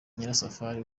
nyirasafari